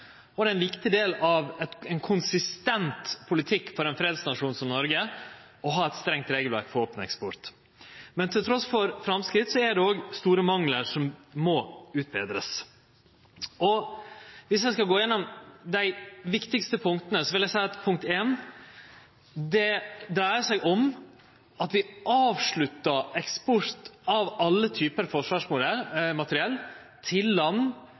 og det er ein viktig del av ein konsistent politikk for ein fredsnasjon som Noreg å ha eit strengt regelverk for våpeneksport. Men trass i framsteg er det òg store manglar som må utbetrast. Viss ein skal gå gjennom dei viktigaste punkta, vil eg seie at punkt 1 dreier seg om at vi avsluttar eksport av alle typar forsvarsmateriell til land